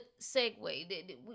segue